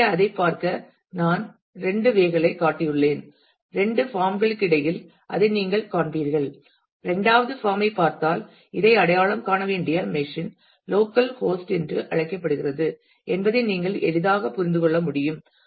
எனவே அதைப் பார்க்க நான் இரண்டு வே களைக் காட்டியுள்ளேன் இரண்டு பாம் களுக்கிடையில் அதை நீங்கள் காண்பீர்கள் இரண்டாவது பாம் ஐ பார்த்தால் இதை அடையாளம் காண வேண்டிய மெஷின் லோக்கல் ஹோஸ்ட் என்று அழைக்கப்படுகிறது என்பதை நீங்கள் எளிதாக புரிந்து கொள்ள முடியும்